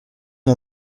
mon